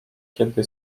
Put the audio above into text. kiedy